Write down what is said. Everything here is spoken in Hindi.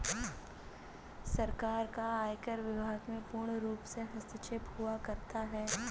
सरकार का आयकर विभाग में पूर्णरूप से हस्तक्षेप हुआ करता है